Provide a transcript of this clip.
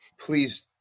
please